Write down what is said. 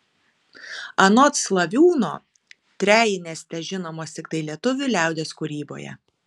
anot slaviūno trejinės težinomos tiktai lietuvių liaudies kūryboje